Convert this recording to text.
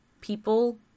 people